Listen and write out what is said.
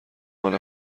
مال